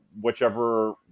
whichever